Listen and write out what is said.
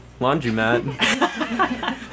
laundromat